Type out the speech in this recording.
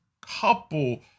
couple